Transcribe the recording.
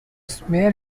smear